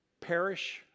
perish